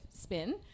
spin